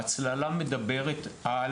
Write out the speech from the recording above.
ההצללה מדברת על